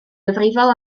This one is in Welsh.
gyfrifol